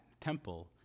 temple